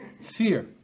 fear